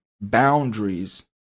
boundaries